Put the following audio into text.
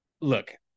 look